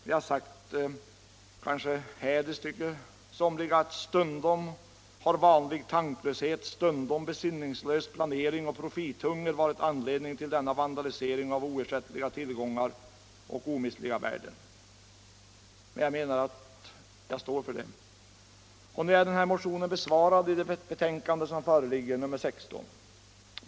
Där har jag sagt — hädiskt, tycker kanske somliga: ”Stundom har vanlig tanklöshet, stundom besinningslös planering och profithunger varit anledning till denna vandalisering av oersättliga tillgångar och omistliga värden.” Men jag står för det. Denna motion är besvarad i det föreliggande betänkandet nr 16.